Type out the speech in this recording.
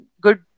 good